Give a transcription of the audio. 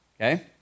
okay